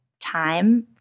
time